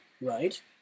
Right